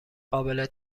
قابل